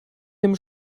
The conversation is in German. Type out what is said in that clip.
dem